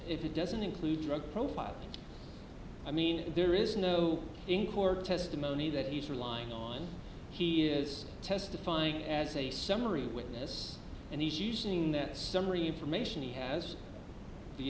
if it doesn't include drug profile i mean there is no in court testimony that he's relying on he is testifying as a summary witness and he's using that summary information he has the